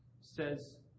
says